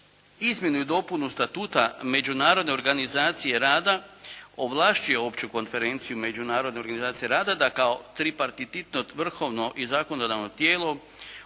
izmjenu i dopunu Statuta Međunarodne organizacije rada ovlašćuje Opću konferenciju Međunarodne organizacije rada da kao tripartititno vrhovno i zakonodavno tijelo